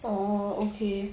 orh okay